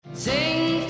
Sing